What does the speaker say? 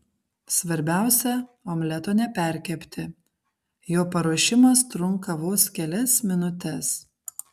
svarbiausia omleto neperkepti jo paruošimas trunka vos kelias minutes